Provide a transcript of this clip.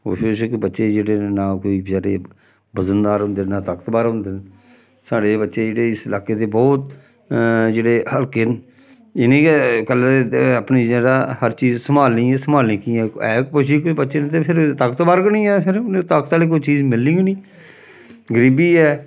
कुपोशक बच्चे जेह्ड़े न कोई बचैरे बजनदार होंदे न ना ताकतवर होंदे न साढ़े बच्चे जेह्ड़े इस लाके दे ब्हौत जेह्ड़े हल्के न इ'नें गै कल्लै गी अपनी जेह्ड़े हर चीज सम्भालनी ते सम्भालनी कि'यां ऐ है कुपोशक बच्चे न ते फिर ताकतवर गै निं ऐ फिर उ'नें ताकत आह्ली कोई चीज मिलनी गै निं गरीबी ऐ